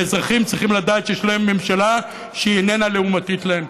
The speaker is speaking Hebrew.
האזרחים צריכים לדעת שיש להם ממשלה שהיא איננה לעומתית להם.